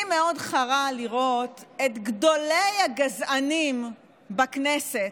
לי מאוד חרה לראות את גדולי הגזענים בכנסת,